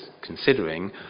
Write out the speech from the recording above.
considering